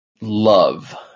love